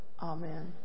Amen